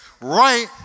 right